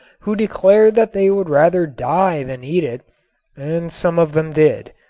who declared that they would rather die than eat it and some of them did.